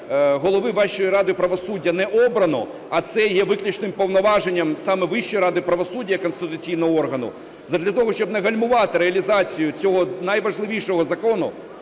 голови Вищої ради правосуддя не обрано – а це є виключним повноваженням саме Вищої ради правосуддя як конституційного органу, – задля того, щоб не гальмувати реалізацію цього найважливішого закону,